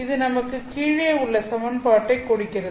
அது நமக்கு கீழே உள்ள சமன்பாட்டை கொடுக்கிறது